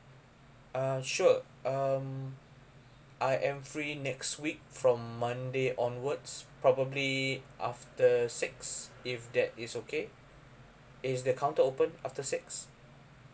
uh sure um I am free next week from monday onwards probably after six if that is okay is the counter open after six